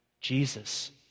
Jesus